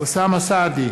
אוסאמה סעדי,